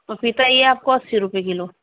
پپیتا یہ آپ کو اسی روپئے کلو